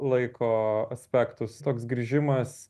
laiko aspektus toks grįžimas